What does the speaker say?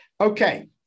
okay